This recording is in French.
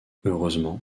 heureusement